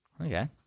Okay